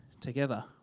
together